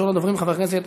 הצעות מס' 6466,